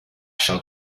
shall